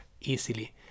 easily